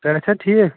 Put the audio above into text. صحت چھا ٹھیٖک